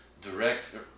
direct